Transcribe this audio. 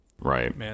right